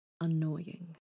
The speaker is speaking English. annoying